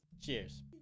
Cheers